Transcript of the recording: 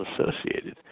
associated